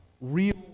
real